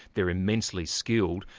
they're immensely skilled,